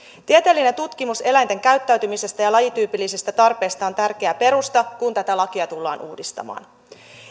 tieteellinen tutkimus eläinten käyttäytymisestä ja lajityypillisistä tarpeista on tärkeä perusta kun tätä lakia tullaan uudistamaan